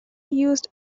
used